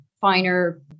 finer